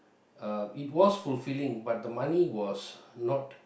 uh it was fulfilling but the money was not